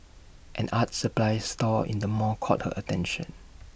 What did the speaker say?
an art supplies store in the mall caught her attention